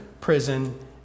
prison